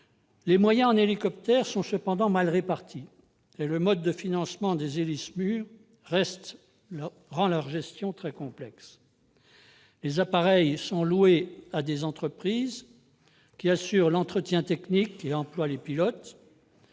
Les moyens en hélicoptères sont cependant mal répartis et le mode de financement des Héli-SMUR rend la gestion de ces derniers complexe. Les appareils sont loués à des entreprises qui assurent l'entretien technique et emploient les pilotes.